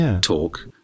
talk